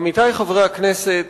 עמיתי חברי הכנסת,